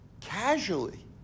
casually